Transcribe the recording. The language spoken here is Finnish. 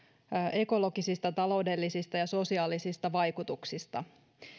ekologisista taloudellisista ja sosiaalisista vaikutuksista